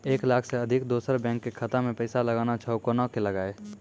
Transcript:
एक लाख से अधिक दोसर बैंक के खाता मे पैसा लगाना छै कोना के लगाए?